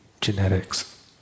genetics